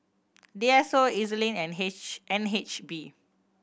D S O E Z Link and H N H B